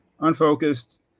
unfocused